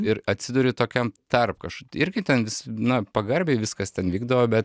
ir atsiduri tokiam tarpkoš irgi ten vis na pagarbiai viskas ten vykdavo bet